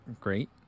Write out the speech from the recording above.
great